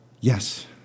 Yes